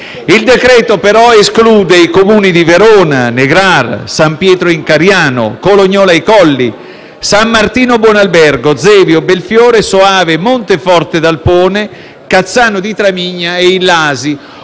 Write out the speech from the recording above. Il decreto però esclude i Comuni di Verona, Negrar, San Pietro in Cariano, Colognola ai Colli, San Martino Buon Albergo, Zevio, Belfiore, Soave, Monteforte d'Alpone, Cazzano di Tramigna e Illasi,